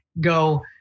go